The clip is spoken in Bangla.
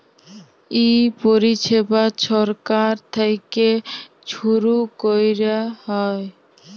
ই পরিছেবা ছরকার থ্যাইকে ছুরু ক্যরা হ্যয়